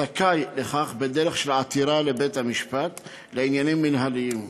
זכאי לכך בדרך של עתירה לבית-המשפט לעניינים מינהליים.